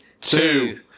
two